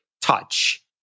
touch